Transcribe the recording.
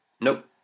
Nope